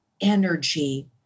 energy